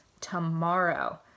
tomorrow